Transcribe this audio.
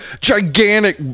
gigantic